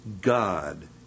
God